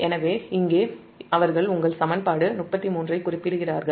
எனவே இங்கே அவர்கள் உங்கள் சமன்பாடு 33 ஐக் குறிப்பிடுகிறார்கள்